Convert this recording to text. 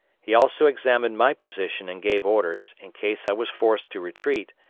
he also examined my position and gave orders, in case i was forced to retreat,